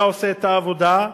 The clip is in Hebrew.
אתה עושה את העבודה,